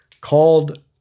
called